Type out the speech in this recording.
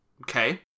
okay